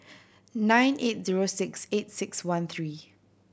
nine eight zero six eight six one three